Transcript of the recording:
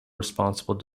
responsible